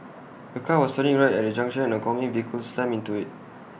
A car was turning right at A junction and an oncoming vehicle slammed into IT